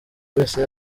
wese